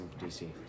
DC